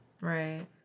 Right